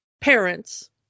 parents